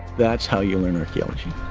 that's how you learn archeology.